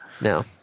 No